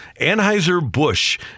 Anheuser-Busch